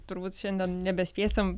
turbūt šiandien nebespėsim